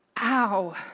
ow